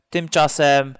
Tymczasem